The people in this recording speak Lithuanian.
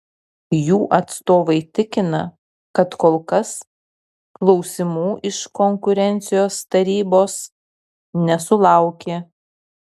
jų atstovai tikina kad kol kas klausimų iš konkurencijos tarybos nesulaukė